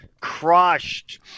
crushed